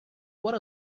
what